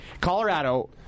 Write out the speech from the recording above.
colorado